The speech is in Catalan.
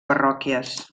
parròquies